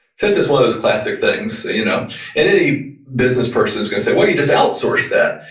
since it's one of those classic things you know and any business person's going to say, well, you just outsourced that.